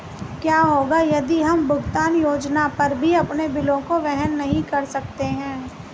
क्या होगा यदि हम भुगतान योजना पर भी अपने बिलों को वहन नहीं कर सकते हैं?